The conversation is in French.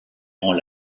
rends